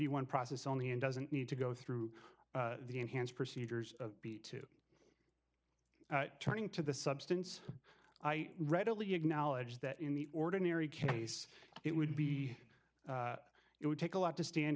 be one process only and doesn't need to go through the enhanced procedures to turning to the substance i readily acknowledge that in the ordinary case it would be it would take a lot to stand